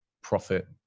profit